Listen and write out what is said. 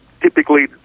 typically